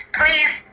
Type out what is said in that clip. please